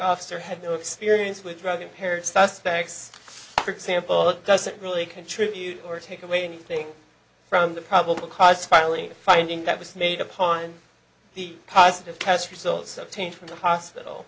officer had no experience with drug impaired suspects for example it doesn't really contribute or take away anything from the probable cause finally finding that was made upon the positive test results obtained from the hospital